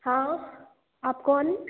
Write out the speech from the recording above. हाँ आप कौन